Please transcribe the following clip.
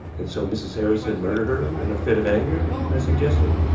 and so mrs. harrison murdered her in a fit of anger, i suggested.